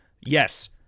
Yes